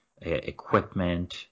equipment